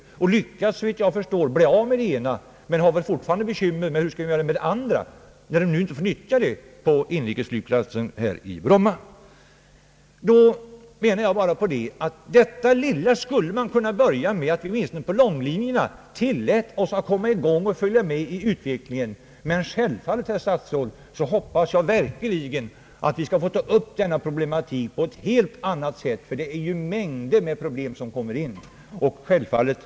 Detta bolag har, såvitt jag förstår, lyckats bli av med det ena men har väl fortfarande bekymmer med hur man skall göra med det andra, när bolaget nu inte får nyttja det på inrikesflygplatsen här i Bromma. Jag anser att man borde kunna börja med att åtminstone på långlinjerna tillåta oss att följa med i utvecklingen. Självfallet hoppas jag, herr statsråd, att vi skall få ta upp denna problematik på ett helt annat sätt, ty det är ju mängder av problem som kommer in i sammanhanget.